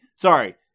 sorry